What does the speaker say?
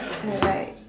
alright